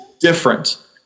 different